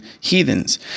heathens